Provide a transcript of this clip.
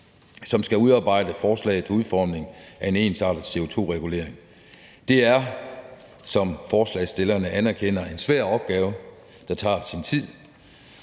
som skal udarbejde forslag til udformning af en ensartet CO2 -regulering. Det er, som forslagsstillerne anerkender, en svær opgave, der tager sin tid.